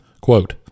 Quote